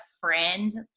friend